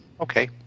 Okay